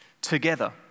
together